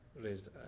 raised